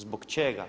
Zbog čega?